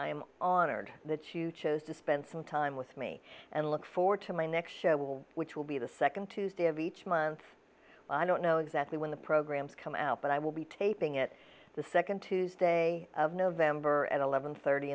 am honored that you chose to spend some time with me and look forward to my next show will which will be the second tuesday of each month i don't know exactly when the programs come out but i will be taping it the second tuesday of november at eleven thirty